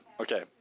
Okay